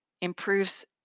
improves